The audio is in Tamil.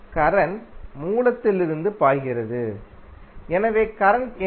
கரண்ட் மூலத்திலிருந்து பாய்கிறது எனவே கரண்ட் என்ன